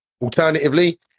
alternatively